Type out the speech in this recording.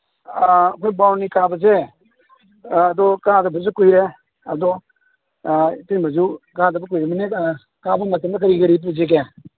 ꯑꯩꯈꯣꯏ ꯕꯥꯔꯨꯅꯤ ꯀꯥꯕꯁꯦ ꯑꯗꯣ ꯀꯥꯗꯕꯁꯨ ꯀꯨꯏꯔꯦ ꯑꯗꯣ ꯏꯇꯩꯃꯁꯨ ꯀꯥꯗꯕ ꯀꯨꯏꯔꯝꯃꯅꯤ ꯀꯥꯕ ꯃꯇꯝꯗ ꯀꯔꯤ ꯀꯔꯤ ꯄꯨꯁꯤꯒꯦ